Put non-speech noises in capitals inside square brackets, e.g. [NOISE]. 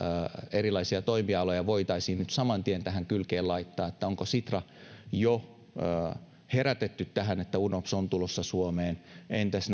erilaisia toimialoja voitaisiin nyt saman tien tähän kylkeen laittaa onko sitra jo herätetty tähän että unops on tulossa suomeen entäs [UNINTELLIGIBLE]